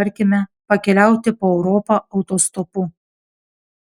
tarkime pakeliauti po europą autostopu